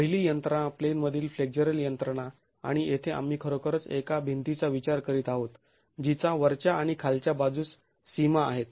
पहिली यंत्रणा प्लेन मधील फ्लेक्झरल यंत्रणा आणि येथे आम्ही खरोखरच एका भिंतीचा विचार करीत आहोत जिच्या वरच्या आणि खालच्या बाजूस सीमा आहेत